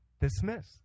dismiss